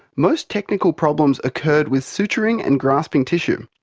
most technical problems occurred with suturing and grasping tissue.